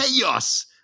chaos